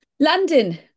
London